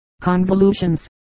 convolutions